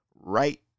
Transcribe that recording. right